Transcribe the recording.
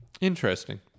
Interesting